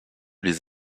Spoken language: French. les